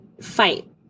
fight